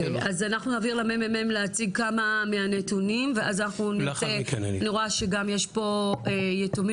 אז אנחנו נעביר לממ"מ להציג כמה מהנתונים ואני רואה שגם יש פה יתומים